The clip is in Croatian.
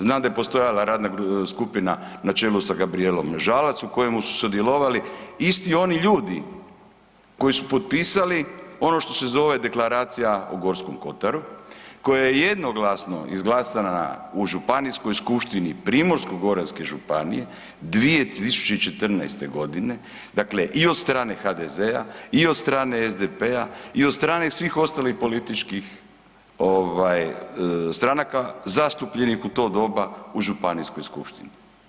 Znam da je postojala Radna skupina na čelu sa Gabrijelom Žalac u kojoj su sudjelovali isti oni ljudi koji su potpisali ono što se zove Deklaracija o Gorskom kotaru, koja je jednoglasno izglasana u Županijskoj skupštini Primorsko-goranske županije, 2014. godine dakle i od strane HDZ-a i od strane SDP-a i od strane svih ostalih političkih stranaka zastupljenih u to doba u Županijskoj skupštini.